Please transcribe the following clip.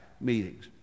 meetings